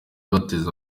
bateze